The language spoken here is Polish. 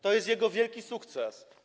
To jest jego wielki sukces.